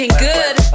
Good